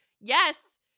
yes